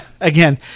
again